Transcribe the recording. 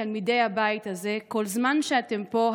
תלמידי הבית הזה: כל זמן שאתם פה,